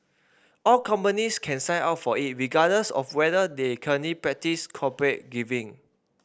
all companies can sign up for it regardless of whether they currently practise corporate giving